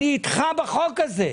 אני איתך בחוק הזה.